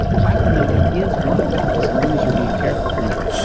ah plaquenil is one of them, as long as you're being careful with it.